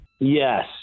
Yes